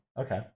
Okay